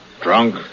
Drunk